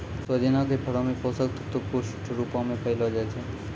सोजिना के फरो मे पोषक तत्व पुष्ट रुपो मे पायलो जाय छै